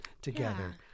together